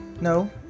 no